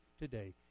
today